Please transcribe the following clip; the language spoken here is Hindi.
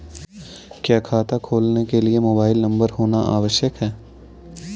क्या खाता खोलने के लिए मोबाइल नंबर होना आवश्यक है?